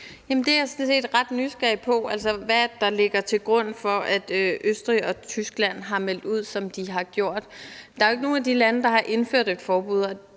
det er jeg sådan set ret nysgerrig på, altså hvad der ligger til grund for, at Østrig og Tyskland har meldt ud, som de har gjort. Der er ikke nogen af de lande, der har indført et forbud,